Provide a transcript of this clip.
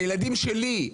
הילדים שלי,